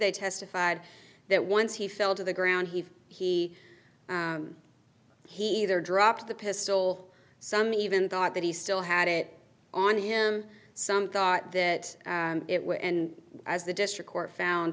they testified that once he fell to the ground he he he either dropped the pistol some even thought that he still had it on him some thought that it will and as the district court found